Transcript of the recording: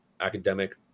academic